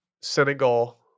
Senegal